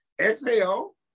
exhale